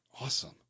Awesome